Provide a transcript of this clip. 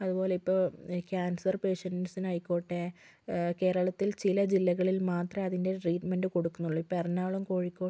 അതുപോലെ ഇപ്പോൾ ക്യാൻസർ പേഷ്യൻസിന് ആയിക്കോട്ടെ കേരളത്തിൽ ചില ജില്ലകളിൽ മാത്രമെ അതിൻ്റെ ട്രീറ്റ്മെൻറ് കൊടുക്കുന്നുള്ളു ഇപ്പം എറണാകുളം കോഴിക്കോട്